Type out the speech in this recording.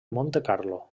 montecarlo